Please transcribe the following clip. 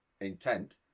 intent